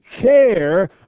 care